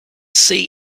see